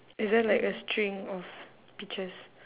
is there like a string of peaches